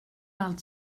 allt